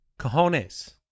cojones